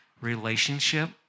Relationship